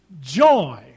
joy